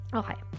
okay